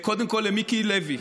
קודם כול, למיקי לוי: